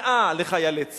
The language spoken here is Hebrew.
להנחלת שנאה לחיילי צה"ל,